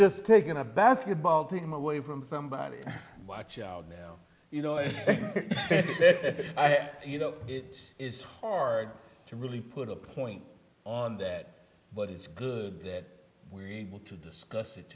just taking a basketball team away from somebody watch out now you know and you know it is hard to really put a point on that but it's good that we were able to discuss it